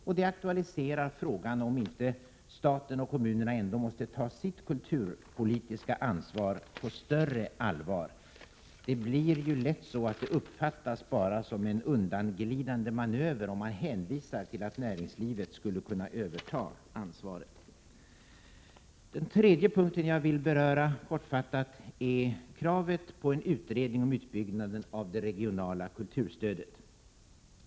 Detta aktualiserar frågan, om inte staten och kommunerna ändå måste ta sitt kulturpolitiska ansvar på större allvar. Det blir ju lätt så att det bara uppfattas som en undanglidande manöver om man hänvisar till att näringslivet skulle kunna överta ansvaret. Den tredje punkt som jag vill beröra kortfattat är kravet på en utredning om utbyggnaden av det regionala kulturstödet.